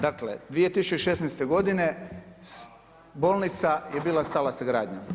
Dakle, 2016.-te godine bolnica je bila stala sa gradnjom.